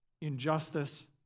injustice